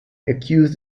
accused